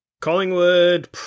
Collingwood